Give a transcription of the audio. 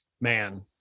Man